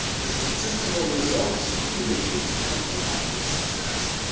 the statistical results will indicate prophylactic success.